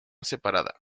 separada